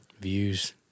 Views